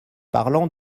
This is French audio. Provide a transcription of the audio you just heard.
parlant